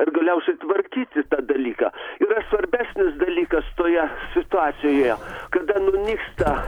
ir galiausiai tvarkyti tą dalyką yra svarbesnis dalykas toje situacijoje kada nunyksta